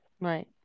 Right